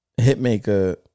Hitmaker